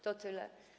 To tyle.